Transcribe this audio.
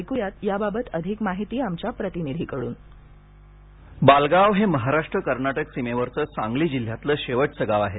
ऐक्या याबाबत अधिक माहिती आमच्या प्रतिनिधीकडून बालगाव हे महाराष्ट्र कर्नाटक सीमेवरचं सांगली जिल्ह्यातील शेवटचं गाव आहे